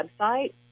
website